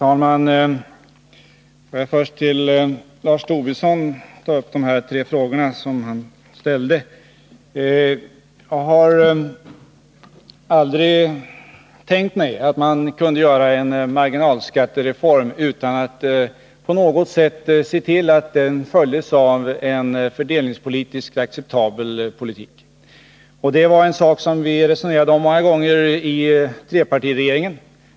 Fru talman! Får jag först ta upp de tre frågor som Lars Tobisson ställde. Jag har aldrig tänkt mig att man kunde göra en marginalskattereform utan att på något sätt se till att den följdes av en fördelningspolitiskt acceptabel åtgärd. Det var en sak som vi resonerade om många gånger i trepartiregeringen.